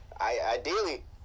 ideally